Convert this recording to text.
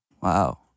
Wow